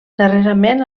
darrerament